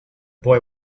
boy